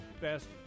best